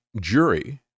jury